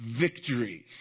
victories